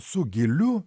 su giliu